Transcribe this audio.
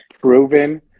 proven